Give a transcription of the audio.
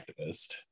activist